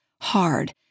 hard